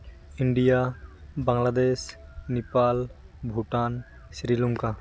India Bangladesh Nepal Bhutan Sri Lanka